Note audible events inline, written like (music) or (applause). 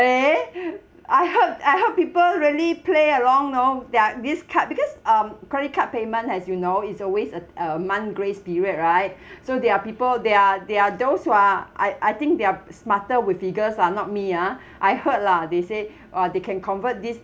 eh (breath) I heard I heard people really play along no their this card because um credit card payment has you know it's always uh a month grace period right (breath) so there are people there there are those who are I I think they're smarter with figures lah not me ah (breath) I heard lah they say (breath) !wah! they can convert this